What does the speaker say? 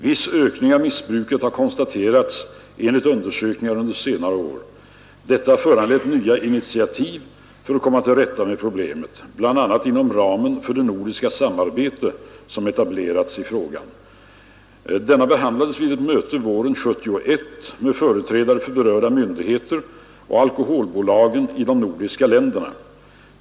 Viss ökning av missbruket har konstaterats enligt undersökningar under senare år. Detta har föranlett nya initiativ för att komma till rätta med problemet, bl.a. inom ramen för det nordiska samarbete som etablerats i frågan. Denna behandlades vid ett möte våren 1971 med företrädare för berörda myndigheter och alkoholbolagen i de nordiska länderna.